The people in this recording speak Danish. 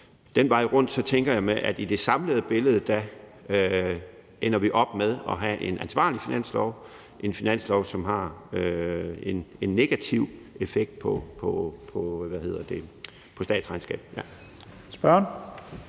Den vej rundt tænker jeg at vi i det samlede billede ender op med at have en ansvarlig finanslov, en finanslov, som har en negativ effekt på statsregnskabet.